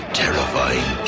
terrifying